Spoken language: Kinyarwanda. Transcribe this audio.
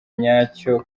nyacyo